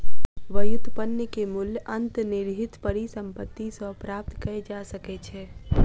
व्युत्पन्न के मूल्य अंतर्निहित परिसंपत्ति सॅ प्राप्त कय जा सकै छै